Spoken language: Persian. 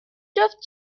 جفت